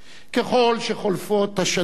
ככל שחולפות השנים,